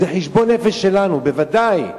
זה חשבון נפש שלנו, בוודאי,